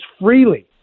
freely